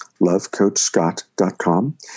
LoveCoachScott.com